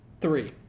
Three